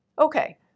Okay